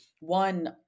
One